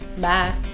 bye